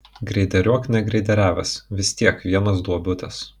greideriuok negreideriavęs vis tiek vienos duobutės